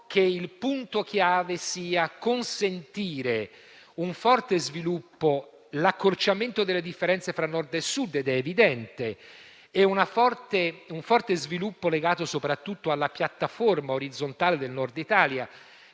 il punto chiave sia consentire un forte sviluppo, l'accorciamento della differenza tra Nord e Sud - è evidente - e un forte sviluppo legato soprattutto alla piattaforma orizzontale del Nord Italia,